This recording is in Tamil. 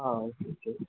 ah okay okay